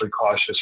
cautious